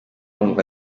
wumva